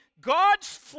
God's